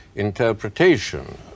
interpretation